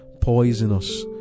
Poisonous